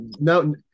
no